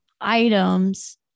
items